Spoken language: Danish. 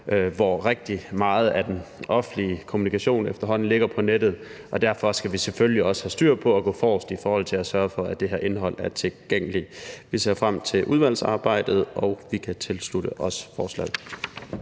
hvor rigtig meget af den offentlige kommunikation efterhånden ligger på nettet, og derfor skal vi selvfølgelig også have styr på det og gå forrest i forhold til at sørge for, at det her indhold er tilgængeligt. Vi ser frem til udvalgsarbejdet, og vi kan tilslutte os forslaget.